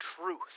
truth